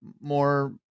more